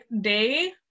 day